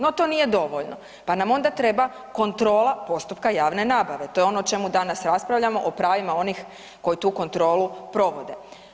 No to nije dovoljno, pa nam onda treba kontrola postupka javne nabave to je ono o čemu danas raspravljamo, o pravima onih koji tu kontrolu provode.